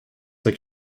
like